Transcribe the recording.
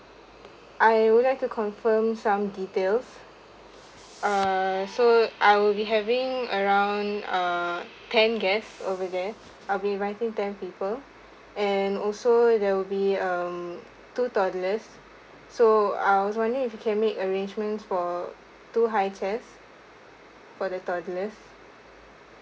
I would like to confirm some details err so I would be having around err ten guest over there I'll be writing ten people and also there will be um two toddlers so I was wondering if you can make arrangements for two high chairs for the toddlers